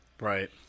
right